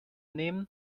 nehmen